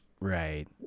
right